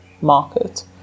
market